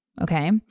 Okay